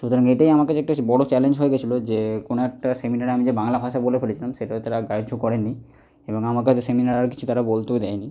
সুতরাং এটাই আমার কাছে একটা বেশ বড় চ্যালেঞ্জ হয়ে গিয়েছিল যে কোনো একটি সেমিনারে যে আমি বাংলা ভাষা বলে ফেলেছিলাম সেটা হয়তো ওরা গ্রাহ্য করেনি এবং আমাকে হয়তো সেমিনারে আর কিছু তারা বলতেও দেয় নি